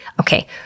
Okay